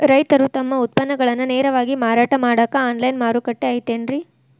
ರೈತರು ತಮ್ಮ ಉತ್ಪನ್ನಗಳನ್ನ ನೇರವಾಗಿ ಮಾರಾಟ ಮಾಡಾಕ ಆನ್ಲೈನ್ ಮಾರುಕಟ್ಟೆ ಐತೇನ್ರಿ?